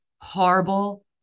horrible